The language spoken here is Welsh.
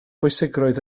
bwysigrwydd